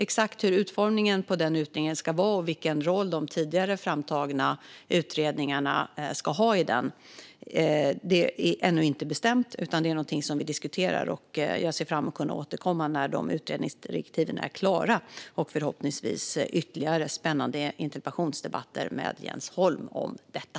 Exakt hur utformningen på den utredningen ska se ut och vilken roll de tidigare framtagna utredningarna ska ha i den är ännu inte bestämt, utan det är någonting vi diskuterar. Jag ser fram emot att kunna återkomma när utredningsdirektiven är klara. Förhoppningsvis får jag ha ytterligare spännande interpellationsdebatter med Jens Holm om detta.